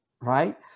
right